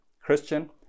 Christian